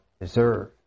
deserve